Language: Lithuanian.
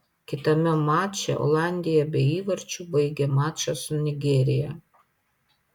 kitame mače olandija be įvarčių baigė mačą su nigerija